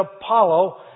Apollo